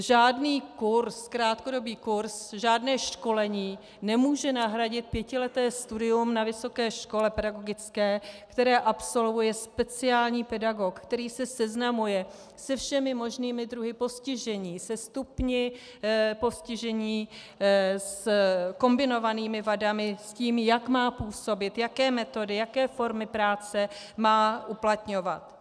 Žádný kurz, krátkodobý kurz, žádné školení nemůže nahradit pětileté studium na vysoké škole pedagogické, které absolvuje speciální pedagog, který se seznamuje se všemi možnými druhy postižení, se stupni postižení, s kombinovanými vadami, s tím, jak má působit, jaké metody, jaké formy práce má uplatňovat.